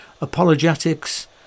apologetics